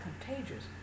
contagious